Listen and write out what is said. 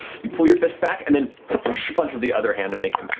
you pull your fist back and then punch with the other hand and make